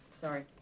sorry